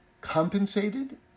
compensated